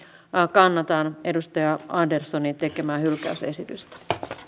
kannatan edustaja anderssonin tekemää hylkäysesitystä